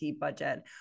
budget